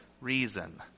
reason